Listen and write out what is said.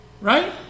right